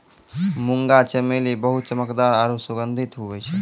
मुंगा चमेली बहुत चमकदार आरु सुगंधित हुवै छै